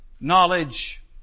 knowledge